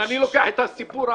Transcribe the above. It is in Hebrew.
אם אני לוקח את הסיפור האמיתי,